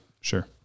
Sure